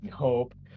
nope